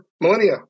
millennia